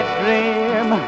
dream